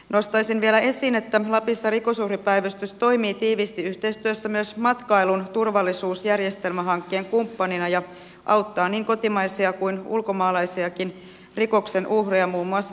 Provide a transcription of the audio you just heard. nostaisin vielä esiin sen että lapissa rikosuhripäivystys toimii tiiviisti yhteistyössä myös matkailun turvallisuusjärjestelmähankkeen kumppanina ja auttaa niin kotimaisia kuin ulkomaalaisiakin rikoksen uhreja muun muassa matkailukeskuksissa